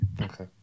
Okay